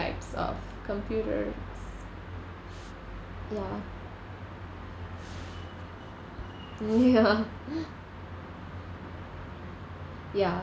types of computers ya ya ya